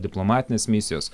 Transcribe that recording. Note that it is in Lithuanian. diplomatinės misijos